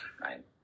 right